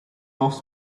off